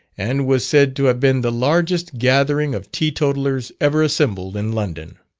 and was said to have been the largest gathering of teetotalers ever assembled in london.